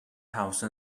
house